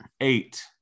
eight